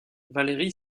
valérie